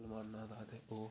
मुस्लमाना दा ते ओह्